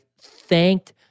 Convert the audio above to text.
thanked